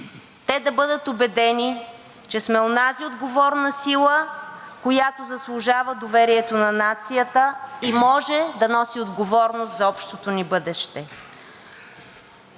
те да бъдат убедени, че сме онази отговорна сила, която заслужава доверието на нацията и може да носи отговорност за общото ни бъдеще.